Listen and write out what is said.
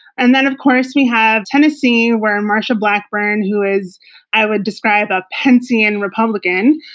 and then of course we have tennessee, where and marsha blackburn, who is i would describe a pence-ian republican,